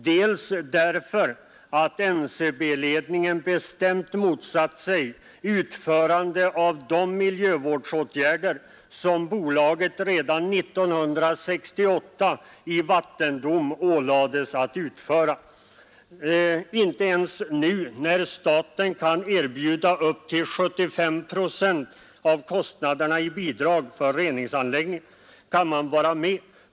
Den första är att NCB-ledningen bestämt har motsatt sig att utföra de miljövårdsåtgärder som bolaget redan 1968 i vattendom ålades att vidta. Inte ens nu, när staten erbjuder upp till 75 procent av kostnaderna i bidrag för reningsanläggningar, kan bolaget vara med.